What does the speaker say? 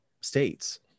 states